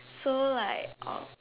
so like uh